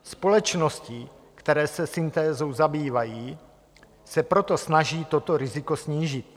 Společnosti, které se syntézou zabývají, se proto snaží toto riziko snížit.